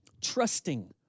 trusting